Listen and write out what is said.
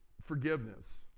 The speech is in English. forgiveness